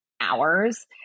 hours